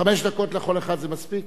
חמש דקות לכל אחד זה מספיק?